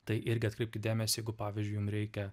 tai irgi atkreipkit dėmesį jeigu pavyzdžiui jum reikia